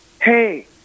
hey